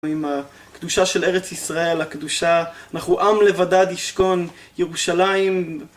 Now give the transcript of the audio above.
עם הקדושה של ארץ ישראל, אנחנו עם לבדד ישכון ירושלים